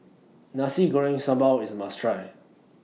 Nasi Goreng Sambal IS A must Try